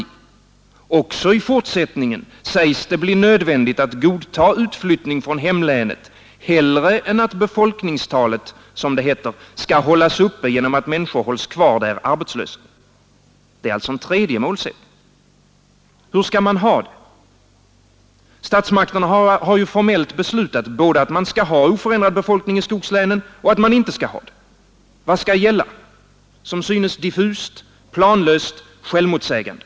Det sägs att det också i fortsättningen blir nödvändigt att godta utflyttning från hemlänet hellre än att befolkningstalet, som det heter, skall hållas uppe genom att människor hålls kvar arbetslösa. Det är alltså en tredje målsättning. Hur skall man ha det? Statsmakterna har ju formellt beslutat både att man skall ha oförändrad befolkning i skogslänen och att man inte skall ha det. Vad är det som skall gälla? Som synes är det diffust, planlöst, självmotsägande.